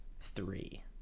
three